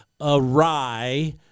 awry